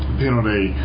penalty